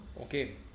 Okay